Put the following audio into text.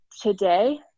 today